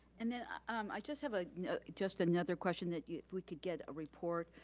and then i just have a just another question that we could get a report.